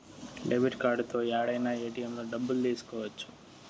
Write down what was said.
debit కార్డుతో యాడైనా ఏటిఎంలలో డబ్బులు తీసుకోవచ్చు